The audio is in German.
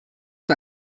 der